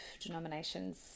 denominations